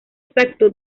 exacto